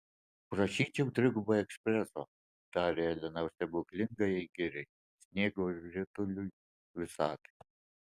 prašyčiau trigubą ekspreso tarė elena stebuklingajai giriai sniego rutuliui visatai